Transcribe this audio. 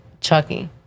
chucky